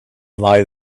thy